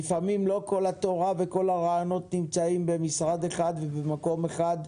לפעמים לא כל התורה וכל הרעיונות נמצאים במשרד אחד ובמקום אחד.